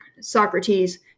Socrates